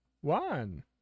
one